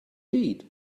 feet